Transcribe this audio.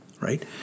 right